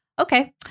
Okay